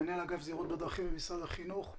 מנהל אגף זהירות בדרכים במשרד החינוך.